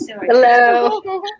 Hello